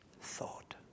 thought